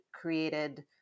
created